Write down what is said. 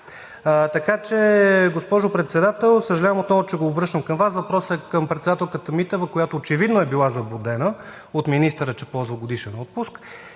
Така че, госпожо Председател, съжалявам отново, че го обръщам към Вас, въпросът е към председателката Митева, която очевидно е била заблудена от министъра, че ползва годишен отпуск,